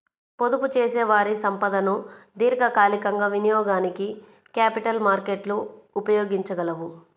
పొదుపుచేసేవారి సంపదను దీర్ఘకాలికంగా వినియోగానికి క్యాపిటల్ మార్కెట్లు ఉపయోగించగలవు